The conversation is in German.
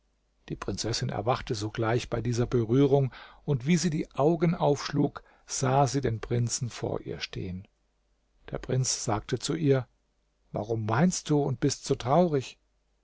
die prinzessin erwachte sogleich bei dieser berührung und wie sie die augen aufschlug sah sie den prinzen vor ihr stehen der prinz sagte zu ihr warum weinst du und bist so traurig